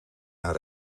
naar